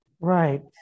Right